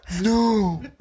No